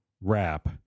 wrap